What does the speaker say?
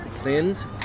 Cleanse